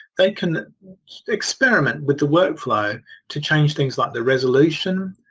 they can experiment with the workflow to change things like the resolution,